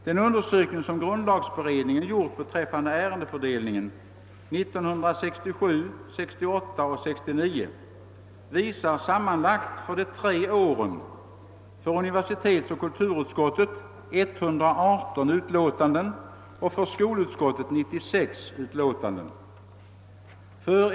Den undersökning som grundlagberedningen gjort beträffande ärendefördelningen 1967, 1968 och 1969 visar sammanlagt under de tre åren för universitetsoch kulturutskottet 118 utlåtanden och för skolutskottet 96 utliåtanden.